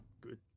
good